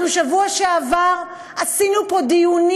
אנחנו בשבוע שעבר עשינו פה דיונים